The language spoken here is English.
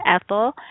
Ethel